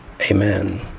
amen